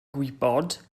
gwybod